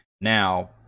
Now